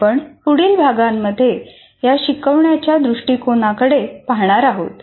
आपण पुढील भागामध्ये या शिकवण्याच्या दृष्टीकोनाकडे पाहणार आहोत